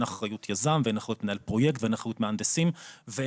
אחריות יזם ואין אחריות מנהל פרויקט ואין אחריות מהנדסים ואין